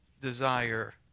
desire